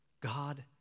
God